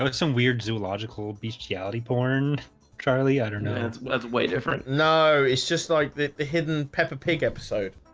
like some weird zoological bestiality porn charlie i don't know that's way different. no, it's just like that the hidden peppa pig episode